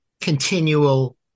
continual